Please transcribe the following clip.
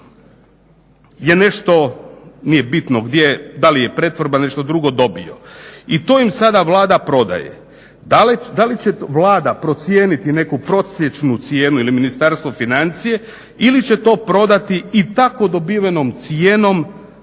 je nešto nije bitno gdje da li je pretvorba ili nešto drugo dobio. I to im sada Vlada prodaje. Da li će Vlada procijeniti neku prosječnu cijenu ili Ministarstvo financija ili će to prodati i tako dobivenom cijenom